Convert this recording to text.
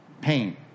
pain